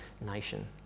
nation